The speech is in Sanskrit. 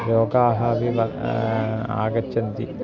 रोगाः अपि बहु आगच्छन्ति